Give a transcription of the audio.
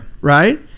right